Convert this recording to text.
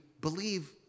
believe